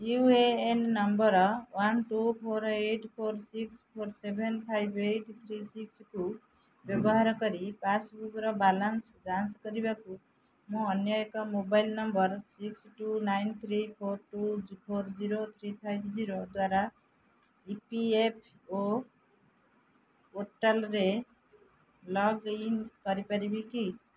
you A N number one two four eight four six four seven five eight three ସିକ୍ସକୁ ବ୍ୟବହାର କରି ପାସ୍ବୁକ୍ର ବାଲାନ୍ସ ଯାଞ୍ଚ କରିବାକୁ ମୁଁ ଅନ୍ୟ ଏକ mobile number six two nine three four two four zero three five zero ଦ୍ଵାରା ଇ ପି ଏଫ୍ ଓ ପୋର୍ଟାଲ୍ରେ ଲଗ୍ଇନ୍ କରିପାରିବି କି